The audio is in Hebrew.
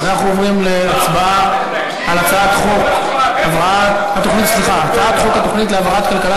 אנחנו עוברים להצבעה על הצעת חוק התוכנית להבראת כלכלת